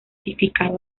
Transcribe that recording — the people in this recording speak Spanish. final